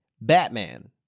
Batman